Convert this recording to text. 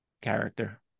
character